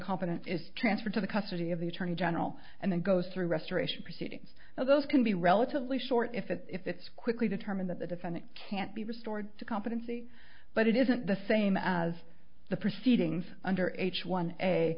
incompetent is transferred to the custody of the attorney general and then goes through restoration proceedings now those can be relatively short if it's if it's quickly determined that the defendant can't be restored to competency but it isn't the same as the proceedings under h one a